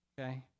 Okay